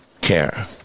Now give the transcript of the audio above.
care